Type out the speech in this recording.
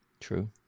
True